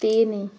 ତିନି